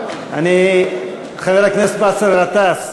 חבר הכנסת באסל גטאס,